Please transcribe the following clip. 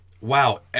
wow